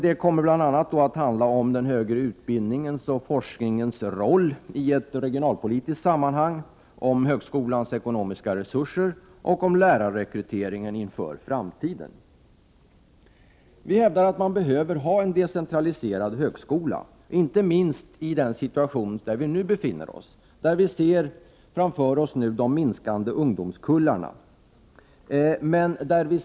Det kommer bl.a. att handla om den högre utbildningens och forskningens roll i ett regionalpolitiskt sammanhang, om högskolans ekonomiska resurser och om lärarrekryteringen inför framtiden. Vi hävdar att det behövs en decentraliserad högskola, inte minst i nuvarande situation där vi framför oss kan se de minskande ungdomskullarna.